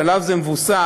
שעליו זה מבוסס,